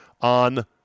on